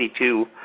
1962